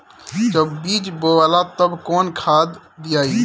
जब बीज बोवाला तब कौन खाद दियाई?